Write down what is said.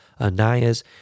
Anaya's